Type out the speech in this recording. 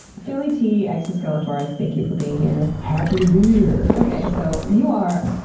philly t exoskele-torres, thank you for being here. happy to be here! okay, so you are,